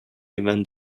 event